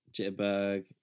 Jitterbug